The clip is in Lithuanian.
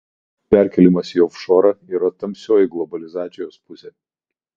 pinigų perkėlimas į ofšorą yra tamsioji globalizacijos pusė